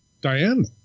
Diane